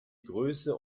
größe